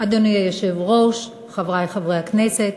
אדוני היושב-ראש, חברי חברי הכנסת,